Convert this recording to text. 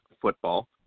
football